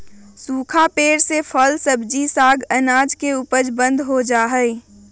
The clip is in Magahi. सूखा पेड़ से फल, सब्जी, साग, अनाज के उपज बंद हो जा हई